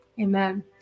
Amen